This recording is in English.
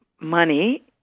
money—